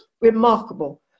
remarkable